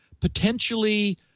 potentially